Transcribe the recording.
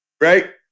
right